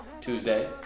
Tuesday